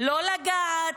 לא לגעת.